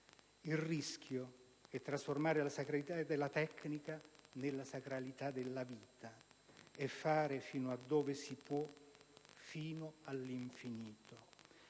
«Il rischio è trasformare la sacralità della tecnica nella sacralità della vita. E fare fino a dove si può fare all'infinito».